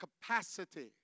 capacity